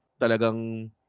talagang